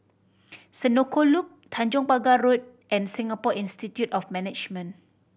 Senoko Loop Tanjong Pagar Road and Singapore Institute of Management